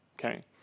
okay